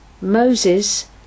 Moses